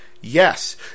Yes